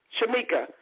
Shamika